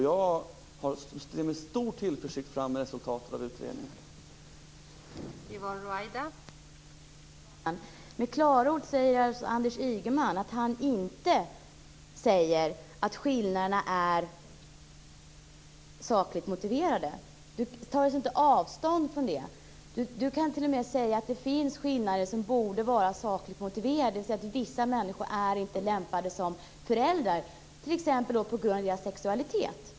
Jag ser med stor tillförsikt fram mot utredningens resultat.